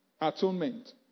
atonement